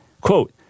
quote